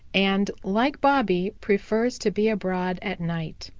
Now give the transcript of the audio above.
and, like bobby, prefers to be abroad at night.